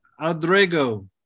Adrego